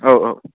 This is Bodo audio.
औ औ